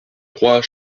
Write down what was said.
trois